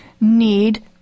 need